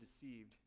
deceived